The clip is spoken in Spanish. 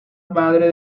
madre